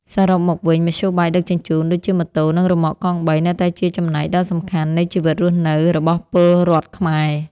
សរុបមកវិញមធ្យោបាយដឹកជញ្ជូនដូចជាម៉ូតូនិងរ៉ឺម៉កកង់បីនៅតែជាចំណែកដ៏សំខាន់នៃជីវិតរស់នៅរបស់ពលរដ្ឋខ្មែរ។